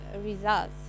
results